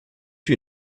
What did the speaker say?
you